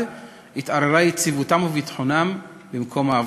התערערו יציבותן וביטחונן במקום העבודה.